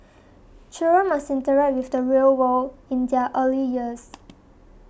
children must interact with the real world in their early years